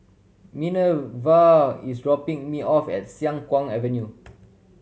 Minerva is dropping me off at Siang Kuang Avenue